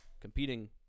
competing